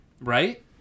right